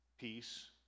Peace